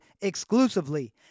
exclusively